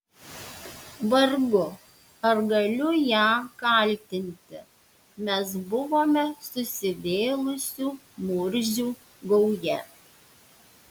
vargu ar galiu ją kaltinti mes buvome susivėlusių murzių gauja